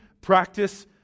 practice